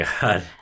god